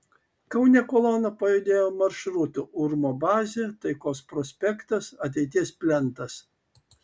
kaune kolona pajudėjo maršrutu urmo bazė taikos prospektas ateities plentas